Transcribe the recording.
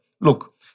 look